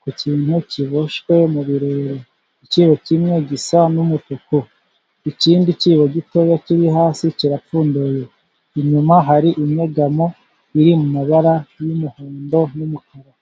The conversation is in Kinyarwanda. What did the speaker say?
ku kintu kiboshywe. mu birere, icyibo kimwe gisa n'umutuku, ikindi cyibo gitoya kiri hasi kirapfunduye. Inyuma hari inyegamo iri mu mabara y'umuhondo n'umukara.